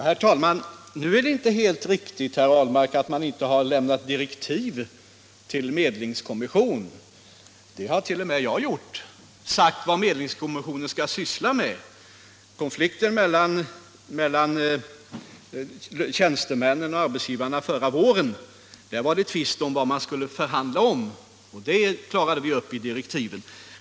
Herr talman! Nu är det inte helt riktigt, herr Ahlmark, att man tidigare inte har lämnat direktiv till en medlingskommission. Det har t.o.m. jag gjort genom att tala om vad en medlingskommission skulle syssla med. Under konflikten mellan tjänstemännen och arbetsgivarna förra våren var man oense om vad man skulle förhandla om, och det klarade vi ut i direktiven.